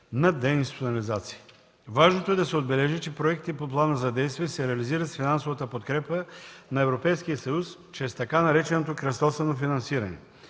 на деинституционализация. Важно е да се отбележи, че проектите по Плана за действие се реализират с финансовата подкрепа на Европейския съюз чрез така нареченото „кръстосано финансиране”,